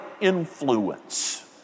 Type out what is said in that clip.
influence